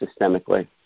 systemically